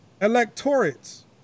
electorates